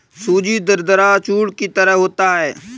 सूजी दरदरा चूर्ण की तरह होता है